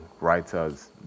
writers